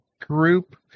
group